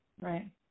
Right